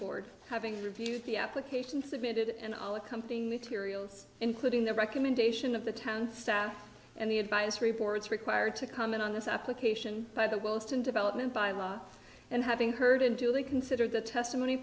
board having reviewed the application submitted and all accompanying tiriel including the recommendation of the town staff and the advisory boards required to comment on this application by the host and development by law and having heard until they consider the testimony